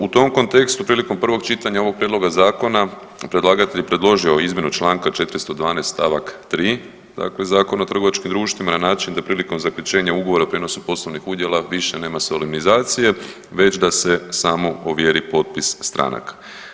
U tom kontekstu prilikom prvog čitanja ovog prijedloga zakona predlagatelj je predložio izmjenu Članka 412. stavak 3. dakle Zakona o trgovačkim društvima na način da prilikom zaključenja ugovora o prijenosu poslovnih udjela više nema solemnizacije već da se samo ovjeri potpis stranaka.